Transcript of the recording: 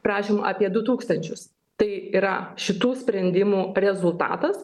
prašymų apie du tūkstančius tai yra šitų sprendimų rezultatas